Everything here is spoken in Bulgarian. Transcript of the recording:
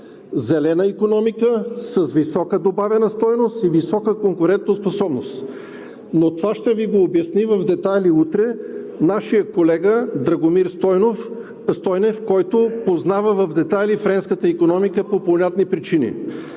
зелена икономика с висока добавена стойност и висока конкурентоспособност. Но това ще Ви го обясни в детайли утре нашият колега Драгомир Стойнев, който познава в детайли френската икономика, по понятни причини.